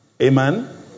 Amen